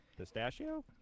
Pistachio